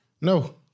No